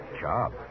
job